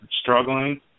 struggling